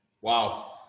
Wow